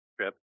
trip